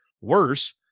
Worse